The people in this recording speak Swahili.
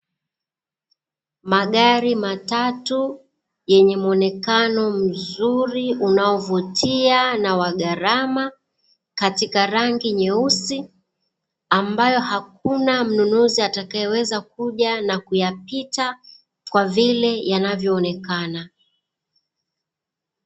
Magari matatu yenye muonekano mzuri unaovutia na wa gharama katika rangi nyeusi, ambayo hakuna mnunuzi atakayeweza kuyapita kwa vile yanavyoonekana.